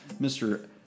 Mr